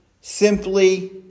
simply